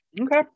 Okay